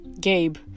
Gabe